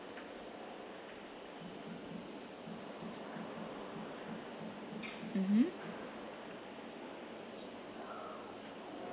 mmhmm